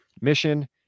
mission